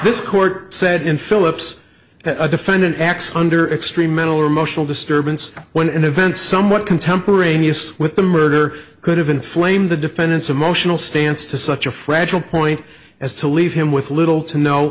this court said in phillips a defendant acts under extreme mental or emotional disturbance when an event somewhat contemporaneous with the murder could have inflamed the defendant's emotional stance to such a fragile point as to leave him with little to no